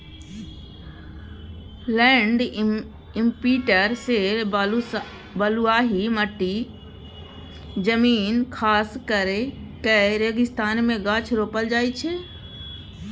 land imprinter सँ बलुआही जमीन खास कए रेगिस्तान मे गाछ रोपल जाइ छै